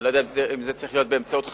אני לא יודע אם זה צריך להיות באמצעות חקיקה,